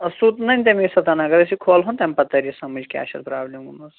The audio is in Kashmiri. آ سُہ تہِ ننہِ تَمےَ ساتہٕ اَگر أسۍ یہِ کھولہون تَمہِ پَتہٕ تَرِ سَمٕجھ کیٛاہ چھِ اَتھ پرٛابلِم گٔمٕژ